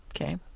okay